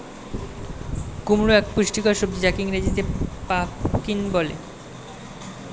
কুমড়ো এক পুষ্টিকর সবজি যাকে ইংরেজিতে পাম্পকিন বলে